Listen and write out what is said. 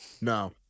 No